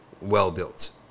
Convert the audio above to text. well-built